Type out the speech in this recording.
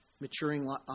maturing